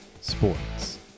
Sports